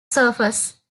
surface